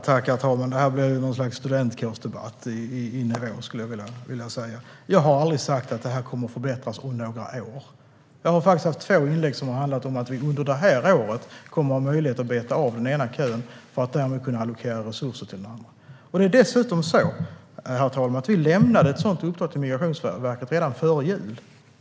Herr talman! Det blev samma nivå på den här debatten som på en studentkårsdebatt. Jag har aldrig sagt att det här kommer att förbättras om några år. Jag har faktiskt gjort två inlägg som har handlat om att vi under det här året kommer att ha möjlighet att beta av den ena kön och därmed kunna allokera resurser till den andra. Dessutom, herr talman, lämnade vi ett sådant uppdrag till Migrationsverket redan före jul.